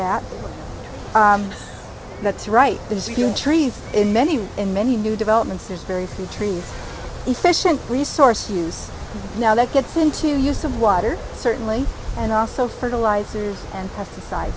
that that's right there's a huge tree in many in many new developments there's very few trees efficient resource use now that gets into use and water certainly and also fertilizers and pesticide